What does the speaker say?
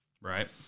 Right